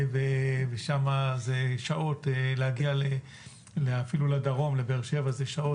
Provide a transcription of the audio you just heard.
ושם זה שעות להגיע אפילו לדרום, לבאר שבע.